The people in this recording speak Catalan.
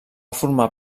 formar